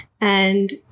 and-